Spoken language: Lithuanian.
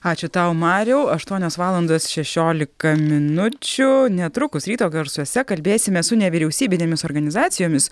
ačiū tau mariau aštuonios valandos šešiolika minučių netrukus ryto garsuose kalbėsimės su nevyriausybinėmis organizacijomis